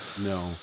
no